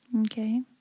Okay